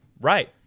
Right